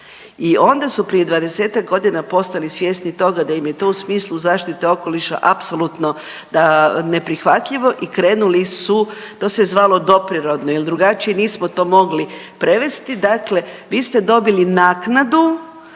i onda su prije 20-ak godina postali svjesni toga da im je to u smislu zaštite okoliša apsolutno neprihvatljivo i krenuli su to se zvalo doprirodno jel drugačije nismo to mogli prevesti, dakle vi ste dobili naknadu